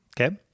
Okay